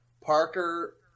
Parker